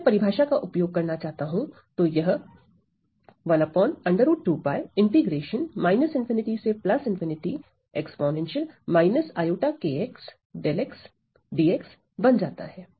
यदि मैं परिभाषा का उपयोग करना चाहता हूं तो यह 𝜹dx बन जाता है